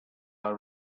are